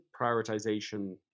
prioritization